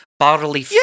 bodily